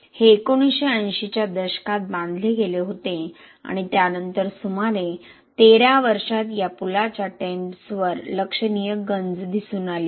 हे 1980 च्या दशकात बांधले गेले होते आणि त्यानंतर सुमारे 13 वर्षांत या पुलाच्या टेंडन्सवर लक्षणीय गंज दिसून आली